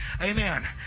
amen